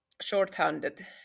shorthanded